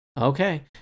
Okay